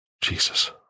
Jesus